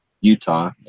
Utah